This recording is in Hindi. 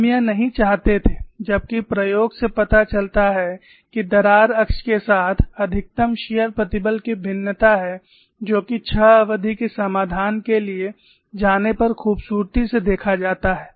हम यह नहीं चाहते थे जबकि प्रयोग से पता चलता है कि दरार अक्ष के साथ अधिकतम शियर प्रतिबल की भिन्नता है जो कि छह अवधि के समाधान के लिए जाने पर खूबसूरती से देखा जाता है